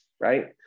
right